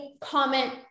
comment